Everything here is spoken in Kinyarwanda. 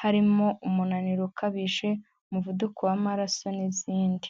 harimo umunaniro ukabije, umuvuduko w'amaraso n'izindi.